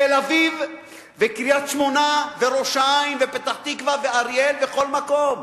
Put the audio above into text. תל-אביב וקריית-שמונה וראש-העין ופתח-תקווה ואריאל וכל מקום.